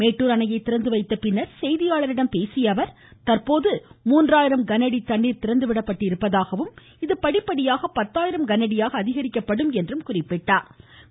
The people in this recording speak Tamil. மேட்டூர் அணையை திறந்து வைத்த பின்னர் செய்தியாளர்களிடம் பேசிய அவர் தற்போது மூன்றாயிரம் கனஅடி தண்ணீர் திறந்துவிடப்பட்டுள்ளதாகவும் இது படிப்படியாக பத்தாயிரம் கனஅடியாக அதிகரிக்கப்படும் என்று தெரிவித்தார்